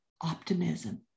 optimism